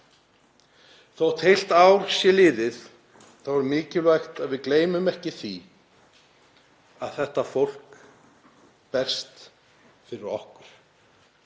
Þótt heilt ár sé liðið er mikilvægt að við gleymum ekki því að þetta fólk berst fyrir okkur,